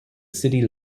city